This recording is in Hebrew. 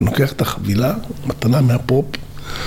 נוקח תחבילה, מתנה מהפופ